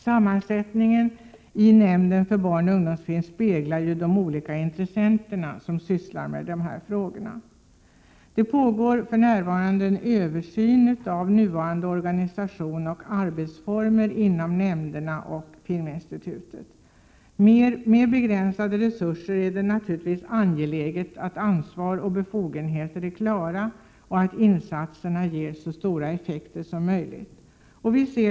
Sammansättningen i nämnden för barnoch ungdomsfilm speglar de olika intressenter som sysslar med dessa frågor. Det pågår för närvarande en översyn av nuvarande organisation och arbetsformer inom nämnderna och Filminstitutet. De begränsade resurserna gör det naturligtvis angeläget att ansvar och befogenheter är klara och att insatserna ger så stora effekter som möjligt.